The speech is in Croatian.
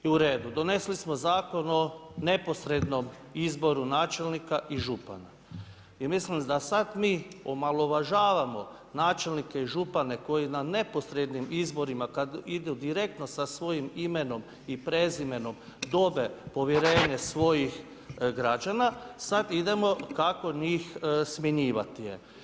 I uredu, donesli smo Zakon o neposrednom izboru načelnika i župana i mislim da sada mi omalovažavamo načelnike i župane koji na neposrednim izborima kada idu direktno sa svojim imenom i prezimenom dobe povjerenje svojih građana, sada idemo kako njih smjenjivati.